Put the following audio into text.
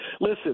Listen